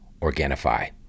organifi